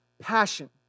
passion